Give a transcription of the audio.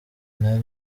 nari